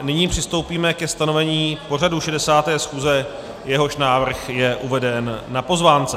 Nyní přistoupíme ke stanovení pořadu 60. schůze, jehož návrh je uveden na pozvánce.